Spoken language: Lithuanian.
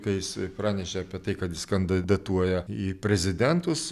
kai jis pranešė apie tai kad jis kandidatuoja į prezidentus